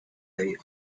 day